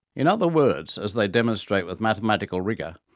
in other words, as they demonstrate with mathematical rigour,